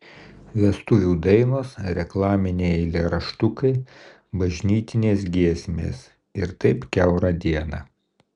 vestuvių dainos reklaminiai eilėraštukai bažnytinės giesmės ir taip kiaurą dieną